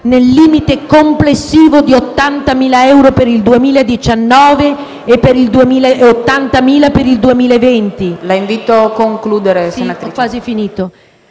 nel limite complessivo di 80.000 euro per il 2019 e di 80.000 euro per il 2020;